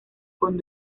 con